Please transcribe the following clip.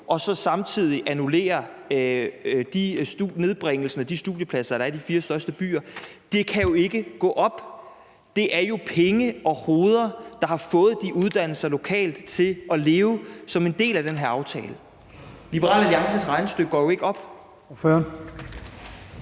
og så samtidig annullere nedbringelsen af de studiepladser i de fire største byer. Det kan jo ikke gå op. Det er jo penge og hoveder, der har fået de uddannelser lokalt til at leve som en del af den her aftale. Liberal Alliances regnestykke går jo ikke op.